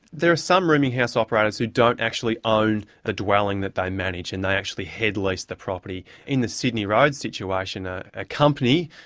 there are some rooming house operators who don't actually own the dwelling that they manage, and they actually head lease the property. in the sydney road situation, a ah company,